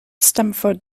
stamford